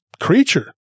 creature